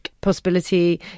possibility